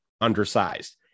undersized